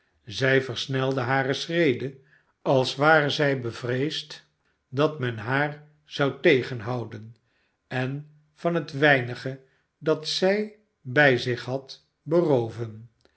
zij versnelde hare schreden als ware zij bevreesd dat men haar zou tegenhouden en van het wemige dat zij bij zich had berooven